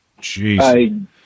Jeez